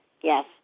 Yes